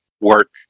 work